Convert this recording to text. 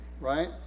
right